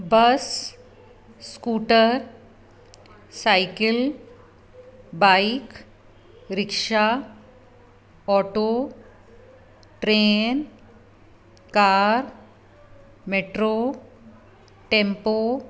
bus scooter cycle bike rickshaw auto train car metro tempo